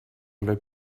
other